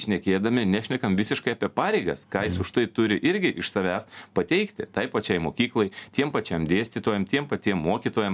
šnekėdami nešnekam visiškai apie pareigas ką jis už tai turi irgi iš savęs pateikti tai pačiai mokyklai tiem pačiam dėstytojam tiem patiem mokytojam